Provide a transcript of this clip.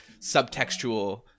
subtextual